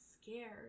scared